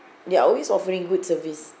they are always offering good service